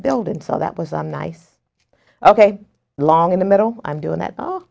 building so that was a nice ok long in the middle i'm doing that oh